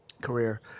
career